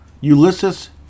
Ulysses